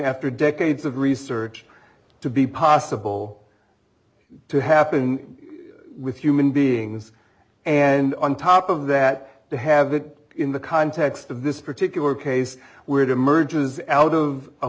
after decades of research to be possible to happen with human beings and on top of that to have it in the context of this particular case where it emerges out of